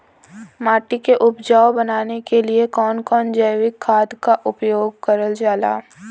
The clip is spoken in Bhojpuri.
माटी के उपजाऊ बनाने के लिए कौन कौन जैविक खाद का प्रयोग करल जाला?